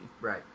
right